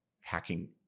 hacking